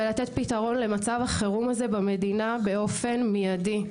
ולתת פתרון למצב החירום הזה במדינה באופן מידי.